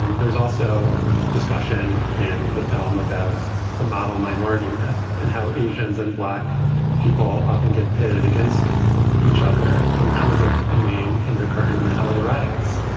um there's also discussion and the film about the model minority myth and how asians and black people often get pitted against each other. um that was ah a main undercurrent in the l a. riots.